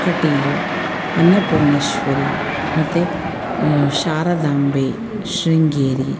ಕಟೀಲು ಅನ್ನಪೂರ್ಣೇಶ್ವರಿ ಮತ್ತು ಶಾರದಾಂಬೆ ಶೃಂಗೇರಿ